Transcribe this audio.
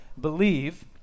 believe